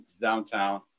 downtown